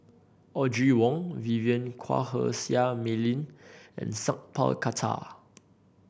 Audrey Wong Vivien Quahe Seah Mei Lin and Sat Pal Khattar